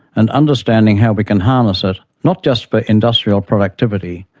and understanding how we can harness it, not just for industrial productivity,